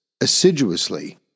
assiduously